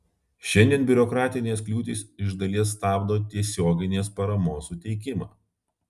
šiandien biurokratinės kliūtys iš dalies stabdo tiesioginės paramos suteikimą